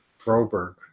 Groberg